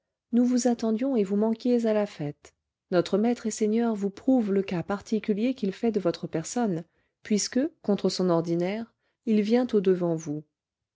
nous vous attendions et vous manquiez à la fête notre maître et seigneur vous prouve le cas particulier qu'il fait de votre personne puisque contre son ordinaire il vient au devant vous